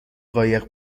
قایق